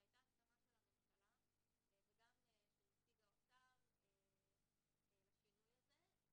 שהיתה הסכמה של הממשלה וגם של נציג האוצר לשינוי הזה.